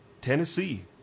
Tennessee